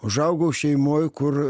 užaugau šeimoj kur